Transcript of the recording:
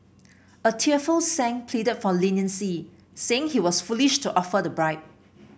a tearful Sang pleaded for leniency saying he was foolish to offer the bribe